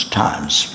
times. (